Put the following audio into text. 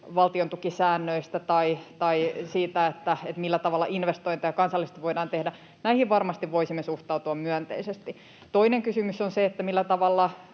valtiontukisäännöistä tai siitä, millä tavalla investointeja kansallisesti voidaan tehdä — varmasti voisimme suhtautua myönteisesti. Toinen kysymys on se, millä tavalla